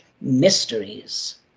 mysteries